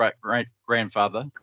great-grandfather